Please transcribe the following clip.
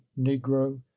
negro